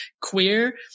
queer